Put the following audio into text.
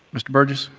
mr. burgess?